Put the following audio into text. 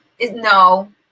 no